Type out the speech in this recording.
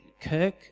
Kirk